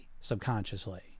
subconsciously